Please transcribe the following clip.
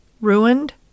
Ruined